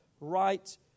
right